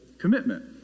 commitment